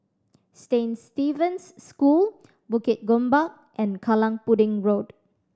Saint Stephen's School Bukit Gombak and Kallang Pudding Road